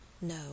No